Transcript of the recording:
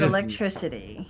Electricity